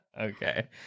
Okay